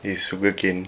is sugar cane